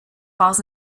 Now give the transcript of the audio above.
falls